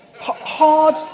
Hard